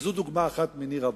זאת דוגמה אחת מני רבות.